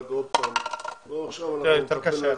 אחר כך עוד פעם --- לא, זה יותר קשה.